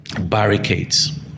barricades